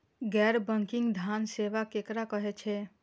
गैर बैंकिंग धान सेवा केकरा कहे छे?